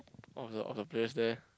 of the of the place there